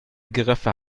giraffe